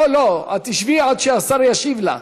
לא, לא, שבי עד שהשר ישיב לה,